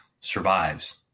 survives